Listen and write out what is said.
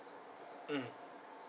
mm